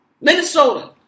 Minnesota